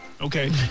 okay